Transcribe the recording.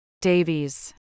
Davies